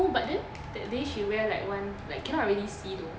but then that day she wear like one like cannot really see